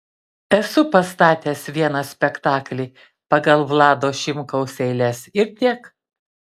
esu pastatęs vieną spektaklį pagal vlado šimkaus eiles ir tiek